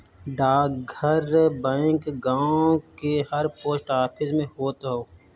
डाकघर बैंक गांव के हर पोस्ट ऑफिस में होत हअ